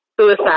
suicide